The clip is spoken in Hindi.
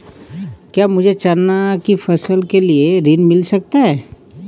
क्या मुझे चना की फसल के लिए ऋण मिल सकता है?